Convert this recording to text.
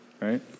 right